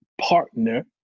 partner